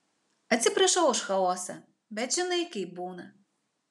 atsiprašau už chaosą bet žinai kaip būna